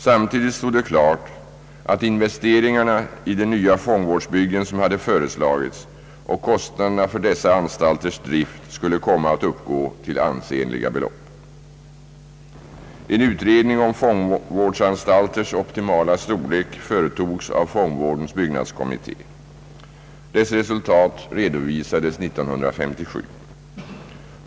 Samtidigt stod det klart att investeringarna i de nya fångvårdsbyggen, som hade föreslagits, och kostnaderna för dessa anstalters drift skulle komma att uppgå till ansenliga belopp. En utredning om fångvårdsanstalters optimala storlek företogs av fångvårdens byggnadskommitté. Dess resultat redovisades år 1957.